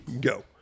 go